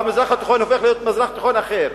והמזרח התיכון הופך להיות מזרח תיכון אחר,